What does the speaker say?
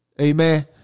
Amen